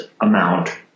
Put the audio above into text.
amount